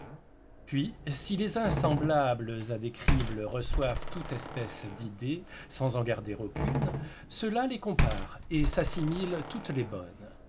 puis si les uns semblables à des cribles reçoivent toutes espèces d'idées sans en garder aucune ceux-là les comparent et s'assimilent toutes les bonnes